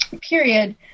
period